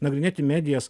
nagrinėti medijas